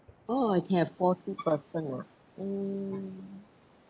oh I can have forty person ah um